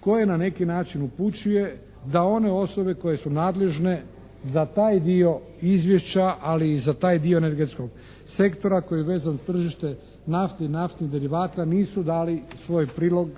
koje na neki način upućuje da one osobe koje su nadležne za taj dio izvješća ali i za taj dio energetskog sektora koji je vezan za tržište nafte i naftnih derivata nisu dali svoj prilog